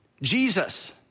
Jesus